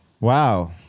Wow